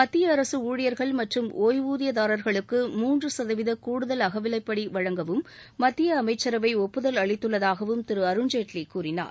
மத்திய அரசு ஊழியர்கள் மற்றும் ஒய்வூதியதாரர்களுக்கு மூன்று சதவீத கூடுதல் அகவிலைப்படி வழங்கவும் மத்திய அமைச்சரவை ஒப்புதல் அளித்துள்ளதாகவும் திரு அருண்ஜேட்லி கூறினார்